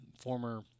former –